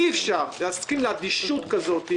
אי אפשר להסכים לאדישות כזאת,